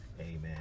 Amen